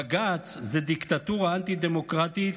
בג"ץ זה דיקטטורה אנטי-דמוקרטית,